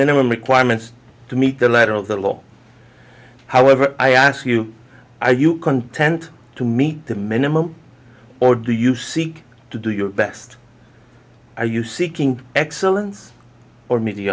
minimum requirements to meet the letter of the law however i ask you you content to meet the minimum or do you seek to do your best are you seeking excellence or m